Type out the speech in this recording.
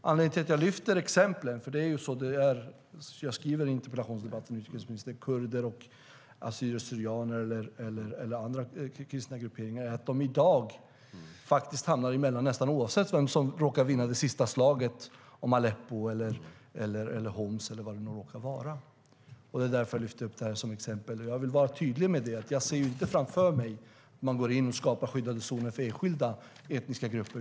Anledningen till att jag lyfter upp detta som exempel - jag skriver i interpellationen om kurder, assyrier/syrianer och andra kristna grupperingar - är att de i dag hamnar emellan nästan oavsett vem som råkar vinna det senaste slaget om Aleppo, Hums eller vad det nu råkar vara. Jag vill vara tydlig med att jag inte ser framför mig att man går in och skapar skyddade zoner för enskilda etniska grupper.